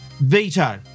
veto